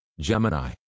Gemini